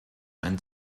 ein